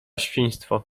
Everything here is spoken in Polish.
świństwo